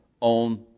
on